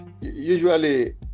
usually